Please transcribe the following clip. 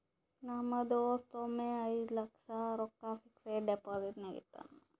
ನಮ್ ದೋಸ್ತ ಒಮ್ಮೆ ಐಯ್ದ ಲಕ್ಷ ರೊಕ್ಕಾ ಫಿಕ್ಸಡ್ ಡೆಪೋಸಿಟ್ನಾಗ್ ಇಟ್ಟಾನ್